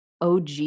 OG